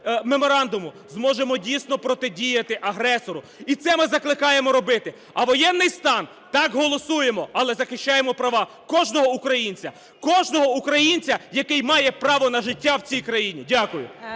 зможемо дійсно протидіяти агресору. І це ми закликаємо робити. А воєнний стан – так, голосуємо, але захищаємо права кожного українця, кожного українця, який має право на життя в цій країні. Дякую.